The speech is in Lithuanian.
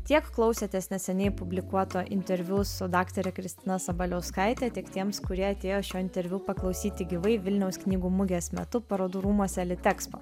tiek klausėtės neseniai publikuoto interviu su daktare kristina sabaliauskaite tiek tiems kurie atėjo šio interviu paklausyti gyvai vilniaus knygų mugės metu parodų rūmuose litexpo